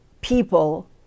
people